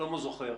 שלמה זוכר.